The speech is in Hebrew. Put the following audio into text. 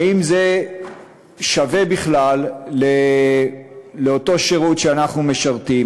האם זה שווה בכלל לאותו שירות שאנחנו משרתים?